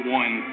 one